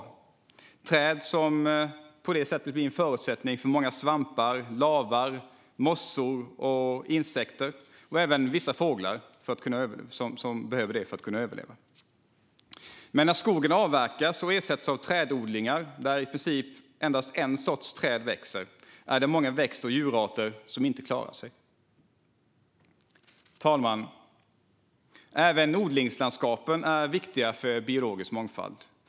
Det är träd som på det sättet blir en förutsättning för svampar, lavar, mossor och insekter - och även vissa fåglar som behöver dem för att överleva. Men när skogen avverkas och ersätts av trädodlingar där i princip endast en sorts träd växer är det många växt och djurarter som inte klarar sig. Fru talman! Även odlingslandskapen är viktiga för biologisk mångfald.